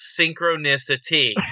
synchronicity